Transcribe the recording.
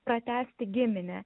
pratęsti giminę